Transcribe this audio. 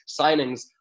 signings